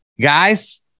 Guys